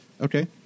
Okay